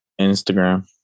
Instagram